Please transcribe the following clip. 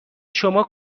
شما